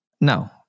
No